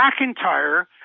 McIntyre